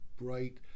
bright